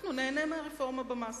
אנחנו ניהנה מהרפורמה במס.